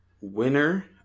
winner